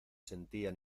sentía